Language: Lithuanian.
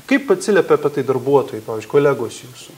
kaip atsiliepia apie tai darbuotojai pavyzdžiui kolegos jūsų